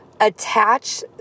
Attach